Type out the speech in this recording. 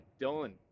Dylan